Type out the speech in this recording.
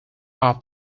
are